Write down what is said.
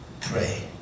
pray